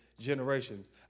generations